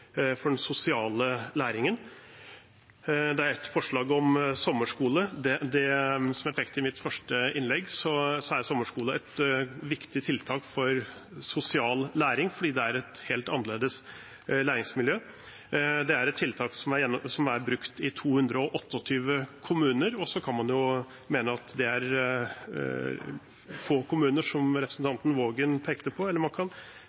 den sosiale læringen. Det er ett forslag om sommerskole. Som jeg pekte på i mitt første innlegg, er sommerskole et viktig tiltak for sosial læring fordi det er et helt annerledes læringsmiljø. Det er et tiltak som er brukt i 228 kommuner. Man kan jo mene at det er få kommuner, som representanten Waagen pekte på, eller man kan